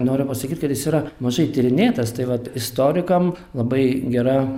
noriu pasakyt kad jis yra mažai tyrinėtas tai vat istorikam labai gera